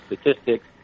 statistics